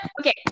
Okay